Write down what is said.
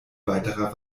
weiterer